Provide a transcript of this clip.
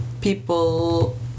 people